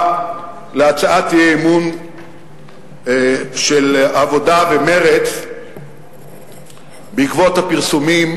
להצעת האי-אמון של העבודה ומרצ בעקבות הפרסומים,